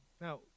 Now